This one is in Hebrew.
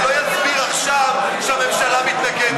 הוא לא יסביר עכשיו שהממשלה מתנגדת.